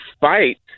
fight